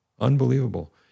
Unbelievable